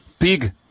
pig